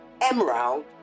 emerald